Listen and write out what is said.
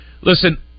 listen